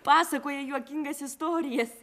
pasakoja juokingas istorijas